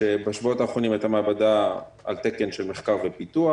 שבשבועות האחרונים הייתה מעבדה על תקן של מחקר ופיתוח.